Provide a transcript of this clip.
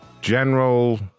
General